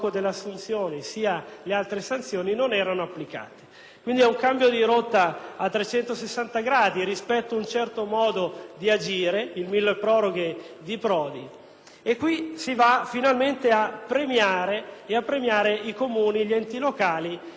Quindi è un cambiamento di rotta a 180 gradi rispetto ad un certo modo di agire (il milleproroghe di Prodi). Finalmente si premia, e si premiano i Comuni e gli enti locali che hanno operato bene e hanno rispettato i patti.